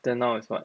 then now is what